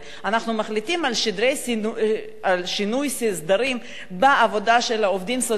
אנחנו מחליטים על שינוי סדרים בעבודה של העובדים הסוציאליים,